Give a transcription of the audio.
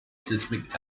seismic